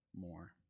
more